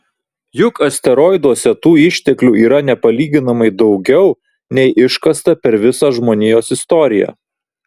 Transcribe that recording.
juk asteroiduose tų išteklių yra nepalyginamai daugiau nei iškasta per visą žmonijos istoriją